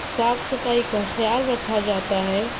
صاف صفائی کا خیال رکھا جاتا ہے